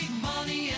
money